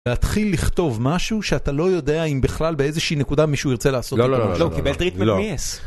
להתחיל לכתוב משהו, שאתה לא יודע אם בכלל באיזושהי נקודה מישהו ירצה לעשות. לא לא לא...